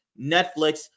Netflix